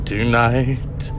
Tonight